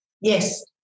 Yes